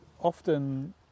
Often